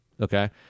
okay